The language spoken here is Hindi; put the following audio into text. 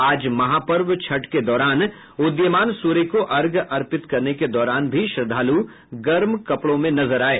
आज महापर्व छठ के दौरान उदीयमान सूर्य को अर्घ्य अर्पित करने के दौरान भी श्रद्धालु गर्म कपड़ों में नजर आये